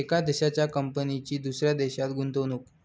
एका देशाच्या कंपनीची दुसऱ्या देशात गुंतवणूक